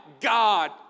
God